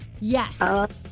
Yes